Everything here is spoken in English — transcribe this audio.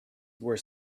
were